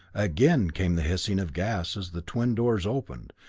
again came the hissing of gas as the twin doors opened,